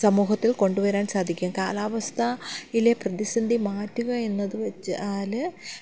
സമൂഹത്തിൽ കൊണ്ടുവരാൻ സാധിക്കും കാലാവസ്ഥയിലെ പ്രതിസന്ധി മാറ്റുക എന്നത് വച്ചാൽ